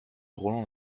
roland